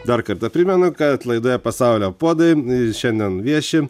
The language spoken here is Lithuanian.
dar kartą primenu kad laidoje pasaulio puodai ir šiandien vieši